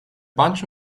bunch